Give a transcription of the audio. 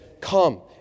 come